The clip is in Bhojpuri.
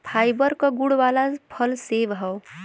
फाइबर क गुण वाला फल सेव हौ